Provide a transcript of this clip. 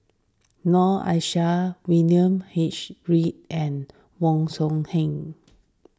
Noor Aishah William H Read and Wong Song Huen